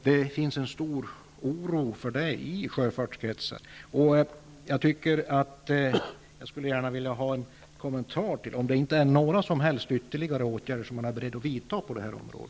Det finns en stor oro för det i sjöfartskretsar. Jag skulle gärna vilja ha en kommentar till om regeringen inte är beredd att vidta några som helst ytterligare åtgärder på detta område.